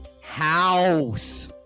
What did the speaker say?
House